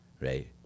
right